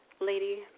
Lady